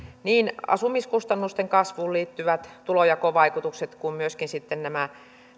niin asumiskustannusten kasvuun liittyvät tulojakovaikutukset kuin myöskin sitten nämä